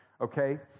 Okay